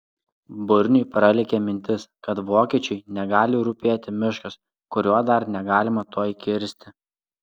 burniui pralėkė mintis kad vokiečiui negali rūpėti miškas kurio dar negalima tuoj kirsti